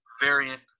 variant